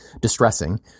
distressing